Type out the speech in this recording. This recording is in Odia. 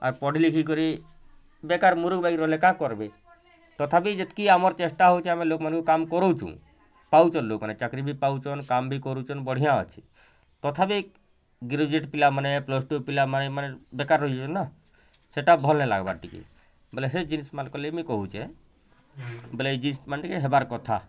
ଆର୍ ପଢ଼ିଲେଖି କରି ବେକାର୍ ମୁରୁଖ୍ ବାଗି ରହିଲେ କାଁ କର୍ବେ ତଥାପି ଯେତ୍କି ଆମର୍ ଚେଷ୍ଟା ହଉଛେ ଆମେ ଲୋକ୍ମାନଙ୍କୁ କାମ କରଉଛୁଁ ପାଉଛନ୍ ଲୋକ୍ମାନେ ଚାକିରି ବି ପାଉଛନ୍ କାମ୍ ବି କରୁଛନ୍ ବଢ଼ିଆ ଅଛେ ତଥାପି ଗ୍ରାଜୁଏଟ୍ ପିଲାମାନେ ପ୍ଲସ୍ ଟୁ ପିଲାମାନେ ମାନେ ବେକାର୍ ରହିଗଲେ ନା ସେଟା ଭଲ୍ ନାଇଁ ଲାଗ୍ବାର୍ ଟିକେ ବୋଇଲେ ସେ ଜିନିଷ୍ମାନ୍ଙ୍କର ଲାଗି ମୁଇଁ କହୁଛେ ବୋଇଲେ ଏ ଜିନିଷ୍ମାନେ ଟିକେ ହେବାର୍ କଥା